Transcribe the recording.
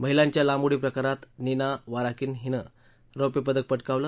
महिलांच्या लांब उडी प्रकारात नीना वाराकिन हिनं रौप्यपदक पटकावलं